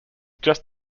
just